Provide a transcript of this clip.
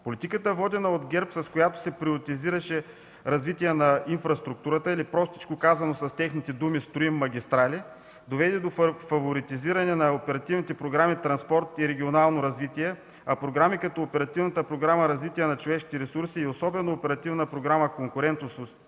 Политиката, водена от ГЕРБ, с която се приоритизираше развитие на инфраструктурата, или простичко казано, с техните думи: „Строим магистрали”, доведе до фаворизиране на оперативните програми „Транспорт”, и „Регионално развитие”, а програми като Оперативната програма „Развитие на човешките ресурси”, особено Оперативна програма „Конкурентоспособност”,